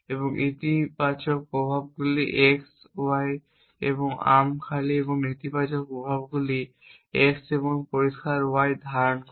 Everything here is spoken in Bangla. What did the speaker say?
এবং ইতিবাচক প্রভাবগুলি x y এবং আর্ম খালি এবং নেতিবাচক প্রভাবগুলি x এবং পরিষ্কার y ধারণ করে